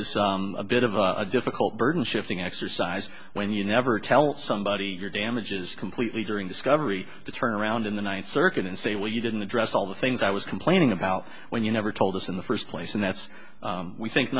is a bit of a difficult burden shifting exercise when you never tell somebody your damages completely during discovery to turn around in the ninth circuit and say well you didn't address all the things i was complaining about when you never told us in the first place and that's we think